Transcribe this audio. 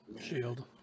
Shield